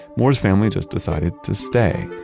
moore's family just decided to stay.